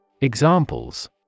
Examples